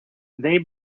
they